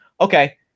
okay